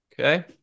Okay